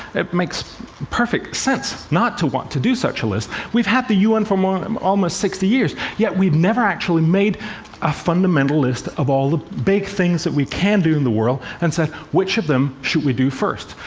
it makes perfect sense not to want to do such a list. we've had the u n. for um almost sixty years, yet we've never actually made a fundamental list of all the big things that we can do in the world, and said, which of them should we do first?